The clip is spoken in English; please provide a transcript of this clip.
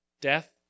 death